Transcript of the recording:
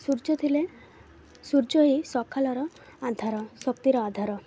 ସୂର୍ଯ୍ୟ ଥିଲେ ସୂର୍ଯ୍ୟ ହେଇ ସକାଳର ଆଧାର ଶକ୍ତିର ଆଧାର